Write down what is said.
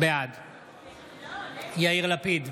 בעד יאיר לפיד,